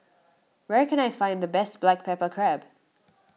where can I find the best Black Pepper Crab